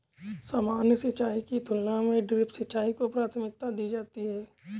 सामान्य सिंचाई की तुलना में ड्रिप सिंचाई को प्राथमिकता दी जाती है